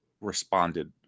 responded